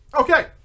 Okay